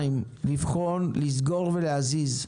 לבחון, לסגור ולהזיז,